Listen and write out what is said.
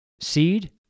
seed